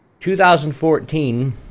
2014